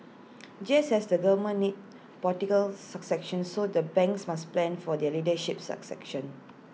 just as the government needs political succession so the banks must plan for their leadership succession